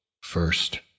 First